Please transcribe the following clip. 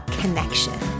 connection